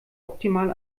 optimal